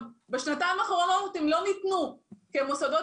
בשנתיים האחרונות הם לא ניתנו כי המוסדות